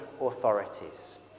authorities